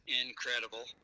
incredible